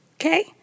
Okay